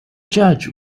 judge